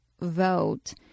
vote